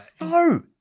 No